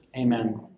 Amen